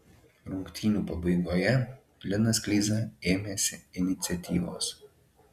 rungtynių pabaigoje linas kleiza ėmėsi iniciatyvos